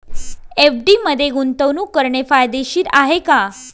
FD मध्ये गुंतवणूक करणे फायदेशीर आहे का?